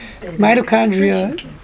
mitochondria